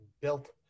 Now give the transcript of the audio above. built